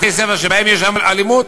בתי-ספר שבהם יש אלימות,